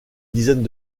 dizaines